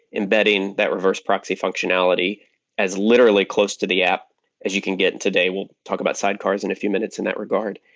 embedding that reverse proxy functionality as literally close to the app as you can get and today. we'll talk about side cars in a few minutes in that regard.